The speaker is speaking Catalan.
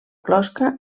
closca